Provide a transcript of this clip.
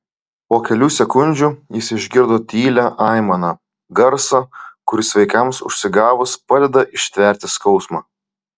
po kelių sekundžių jis išgirdo tylią aimaną garsą kuris vaikams užsigavus padeda ištverti skausmą